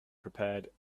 prepared